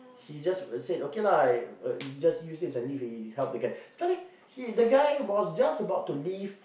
he just said okay lah just use it as a leave to help the guy scarcely the guy was just about to leave